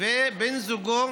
ובן זוגו